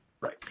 Right